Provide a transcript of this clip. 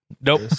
Nope